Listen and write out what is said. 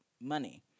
money